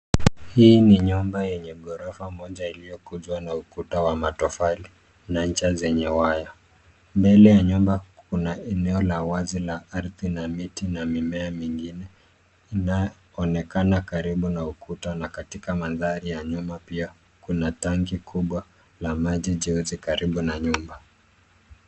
Hii ni nyumba yenye ghorofa moja iliyokunjwa na ukuta wa matofali na ncha zenye waya. Mbele ya nyumba kuna eneo la wazi la ardhi na miti na mimea mingine, inanyoonekana karibu na ukuta. Na katika mandhari ya nyuma pia kuna tanki kubwa la maji jeusi karibu na nyumba.